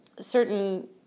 Certain